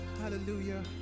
Hallelujah